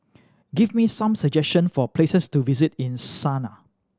give me some suggestion for places to visit in Sanaa